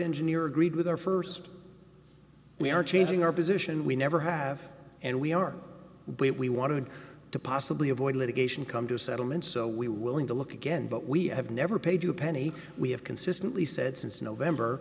engineer agreed with our first we are changing our position we never have and we are but we wanted to possibly avoid litigation come to a settlement so we willing to look again but we have never paid you a penny we have consistently said since november